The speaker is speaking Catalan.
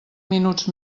minuts